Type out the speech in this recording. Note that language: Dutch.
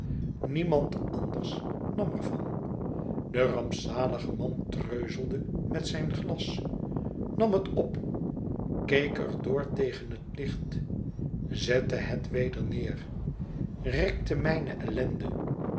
niemand anders nam er van de rampzalige man treuzelde met zijn glas nam het op keek er door tegen het licht zette het weder neer rekte mijne ellende